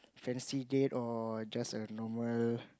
fancy date or just a normal